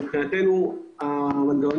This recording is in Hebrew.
מבחינתנו אנחנו